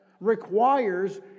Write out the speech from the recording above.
requires